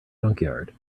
junkyard